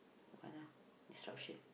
what lah disruption